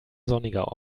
sonniger